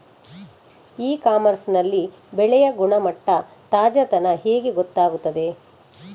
E commerce ನಲ್ಲಿ ಬೆಳೆಯ ಗುಣಮಟ್ಟ, ತಾಜಾತನ ಹೇಗೆ ಗೊತ್ತಾಗುತ್ತದೆ?